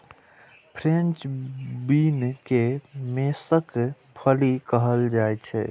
French bean के सेमक फली कहल जाइ छै